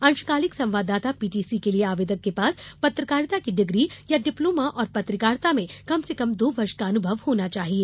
अंशकालिक संवाददाता पीटीसी के लिए आवेदक के पास पत्रकारिता की डिग्री या डिप्लोमा और पत्रकारिता में कम से कम दो वर्ष का अनुभव होना चाहिए